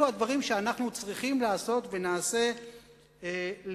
אלה הדברים שאנחנו צריכים לעשות ונעשה למענכם.